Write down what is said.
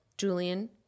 Julian